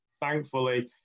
thankfully